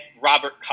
Robert